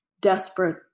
desperate